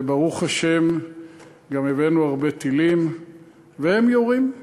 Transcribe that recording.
וברוך השם גם הבאנו הרבה טילים והם יורים.